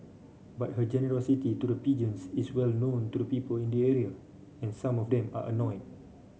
but her generosity to the pigeons is well known to the people in the area and some of them are annoy